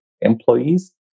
employees